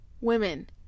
women